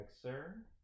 sir